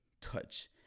touch